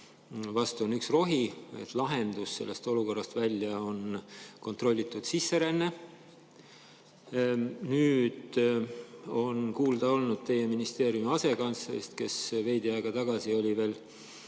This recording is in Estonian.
vastu on üks rohi: lahendus sellest olukorrast välja on kontrollitud sisseränne. Nüüd on kuulda olnud teie ministeeriumi asekantslerist, kes veel veidi aega tagasi oli firma